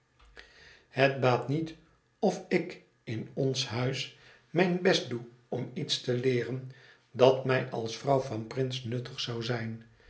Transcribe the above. het baat niet of ik in o n s huis mijn best doe om iets te leeren dat mij als vrouw van prince nuttig zou zijn